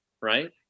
right